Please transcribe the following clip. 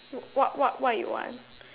what what what what you want